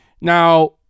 Now